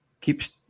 keeps